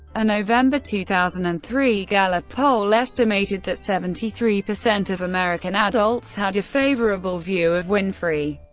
a november two thousand and three gallup poll estimated that seventy three percent of american adults had a favorable view of winfrey.